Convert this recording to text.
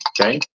Okay